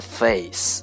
face